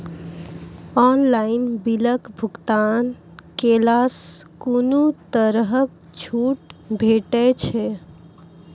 Online बिलक भुगतान केलासॅ कुनू तरहक छूट भेटै छै?